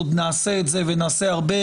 עוד נעשה את זה ונעשה הרבה,